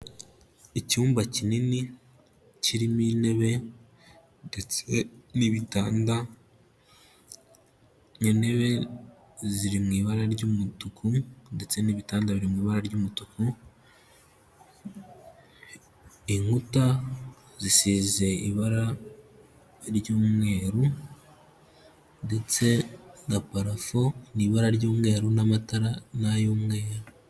Icyumba kinini, kirimo intebe, ndetse n'ibitanda, intebe ziri mu ibara ry'umutuku, ndetse n'ibitanda biri mu ibara ry'umutuku, inkuta zisize ibara ry'umweru, ndetse na parafo ni ibara ry'umweru, n'amatara n'ay'umweru.